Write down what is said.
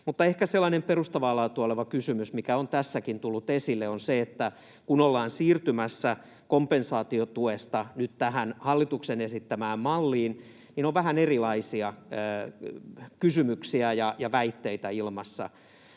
ehkä sellainen perustavaa laatua oleva kysymys, mikä on tässäkin tullut esille, on se, että kun nyt ollaan siirtymässä kompensaatiotuesta tähän hallituksen esittämään malliin, niin mikä muuttuu. On vähän erilaisia kysymyksiä ja väitteitä ilmassa.